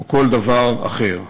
או כל דבר אחר.